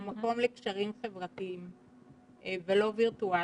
הוא מקום לקשרים חברתיים ולא וירטואליים,